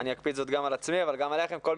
אני אקפיד זאת גם על עצמי וגם עליכם אבל בבקשה,